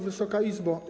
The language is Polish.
Wysoka Izbo!